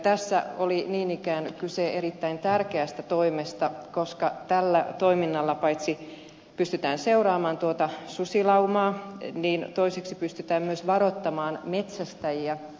tässä oli niin ikään kyse erittäin tärkeästä toimesta koska tällä toiminnalla paitsi pystytään seuraamaan tuota susilaumaa niin pystytään myös varoittamaan metsästäjiä